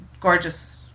Gorgeous